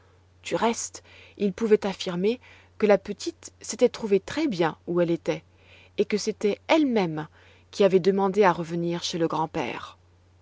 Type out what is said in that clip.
du reste il pouvait affirmer que la petite s'était trouvée très bien où elle était et que c'était elle-même qui avait demandé à revenir chez le grand-père